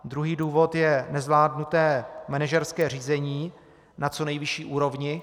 Druhý důvod je nezvládnuté manažerské řízení na co nejvyšší úrovni.